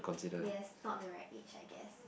yes not the right age I guess